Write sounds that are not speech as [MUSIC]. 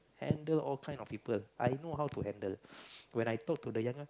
handle all kind of people I know how to handle [NOISE] when I talk to the younger